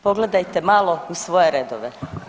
Pogledajte malo u svoje redove.